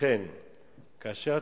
ולא